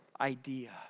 idea